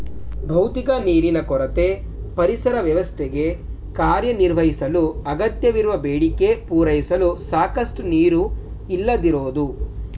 ಭೌತಿಕ ನೀರಿನ ಕೊರತೆ ಪರಿಸರ ವ್ಯವಸ್ಥೆಗೆ ಕಾರ್ಯನಿರ್ವಹಿಸಲು ಅಗತ್ಯವಿರುವ ಬೇಡಿಕೆ ಪೂರೈಸಲು ಸಾಕಷ್ಟು ನೀರು ಇಲ್ಲದಿರೋದು